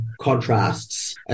contrasts